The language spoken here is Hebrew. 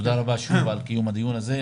תודה רבה שוב על קיום הדיון הזה,